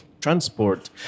transport